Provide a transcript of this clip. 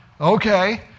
Okay